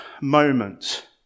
moment